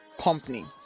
company